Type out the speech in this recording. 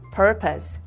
purpose